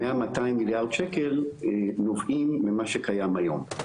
ה-200-100 מיליארד שקל נובעים ממה שקיים היום.